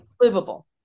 livable